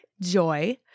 Joy